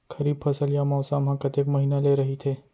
खरीफ फसल या मौसम हा कतेक महिना ले रहिथे?